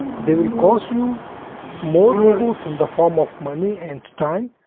they will cost you more, both in the form of money and time.